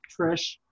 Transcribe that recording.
Trish